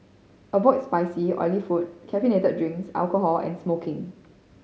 avoid spicy oily food caffeinated drinks alcohol and smoking